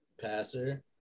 passer